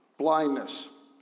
blindness